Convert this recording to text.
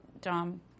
Dom